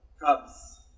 cups